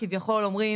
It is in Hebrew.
כביכול אומרים,